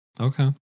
Okay